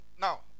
Now